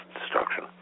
destruction